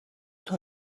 توی